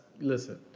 listen